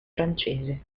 francese